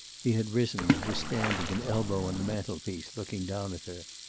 he had risen and was standing, an elbow on the mantel-piece, looking down at her.